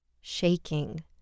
shaking